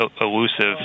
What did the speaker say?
elusive